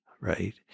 right